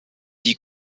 die